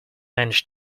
managed